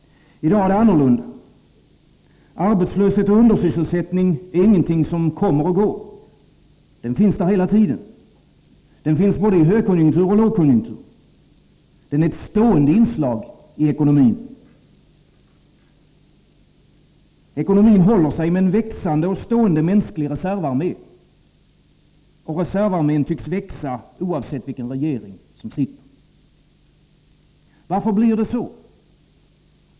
I dag är det annorlunda. Arbetslöshet och undersysselsättning är inte något som kommer och går. Det finns där hela tiden. Det finns både i högkonjunktur och i lågkonjunktur. Det är ett stående inslag i ekonomin. Ekonomin håller sig med en växande och stående mänsklig reservarmé, och reservarmén tycks växa, oavsett vilken regering som sitter. Varför blir det så?